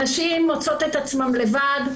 הנשים מוצאות את עצמן לבד,